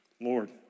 Lord